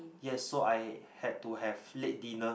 yes so I had to have late dinner